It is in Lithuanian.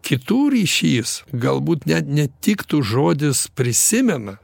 kitų ryšys galbūt net netiktų žodis prisimena